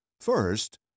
First